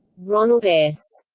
ronald s.